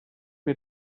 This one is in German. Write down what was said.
mir